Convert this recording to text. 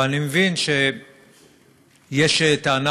אבל אני מבין שיש טענה,